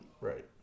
Right